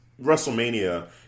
WrestleMania